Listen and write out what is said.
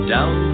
Down